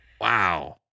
wow